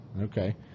Okay